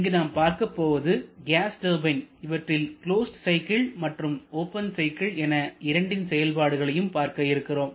இங்கு நாம் பார்க்கப் போவது கேஸ் டர்பைன் இவற்றில் கிளோஸ்டு சைக்கிள் மற்றும் ஓபன் சைக்கிள் என இரண்டின் செயல்பாடுகளையும் பார்க்க இருக்கிறோம்